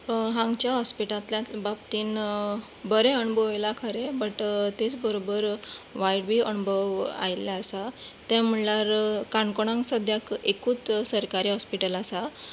हांगाच्या हॉस्पिटलांतच्या बाबतींत बरे अणभव आयल्या खरे बट तेच बरोबर वायट बी अणभव आयिल्ले आसात ते म्हणल्यार काणकोणांत सद्याक एकूच सरकारी हॉस्पिटल आसा